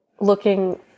looking